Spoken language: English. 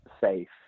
safe